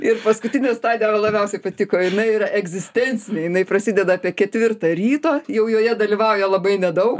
ir paskutinė stadija man labiausiai patiko jinai yra egzistencinė jinai prasideda apie ketvirtą ryto jau joje dalyvauja labai nedaug